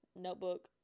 notebook